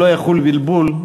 שלא יחול בלבול.